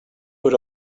put